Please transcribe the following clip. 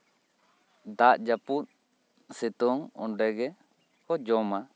ᱫᱟᱜ ᱡᱟᱹᱯᱩᱫ ᱥᱤᱛᱩᱝ ᱚᱸᱰᱮ ᱜᱮ ᱠᱚ ᱡᱚᱢᱟ